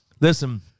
Listen